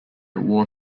war